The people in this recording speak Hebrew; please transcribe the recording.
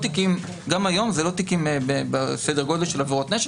גם היום זה לא תיקים בסדר גודל של עבירות נשק,